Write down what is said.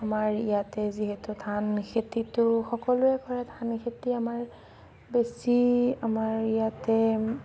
আমাৰ ইয়াতেই যিহেতু ধান খেতিটো সকলোৱেই কৰে ধান খেতি আমাৰ বেছি আমাৰ ইয়াতে